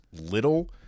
little